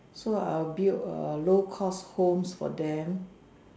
so I'll build a low cost home for them